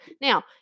Now